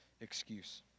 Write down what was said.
excuse